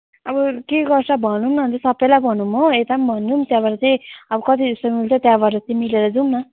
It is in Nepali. अब के गर्छ भनौँ न अन्त सबैलाई भनौँ हो यता पनि भनौँ त्यहाँबाट चाहिँ अब कति जस्तो मिल्छ त्यहाँबाट चाहिँ मिलेर जाउँ न